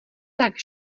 tak